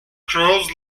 crows